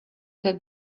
had